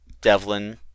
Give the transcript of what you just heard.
Devlin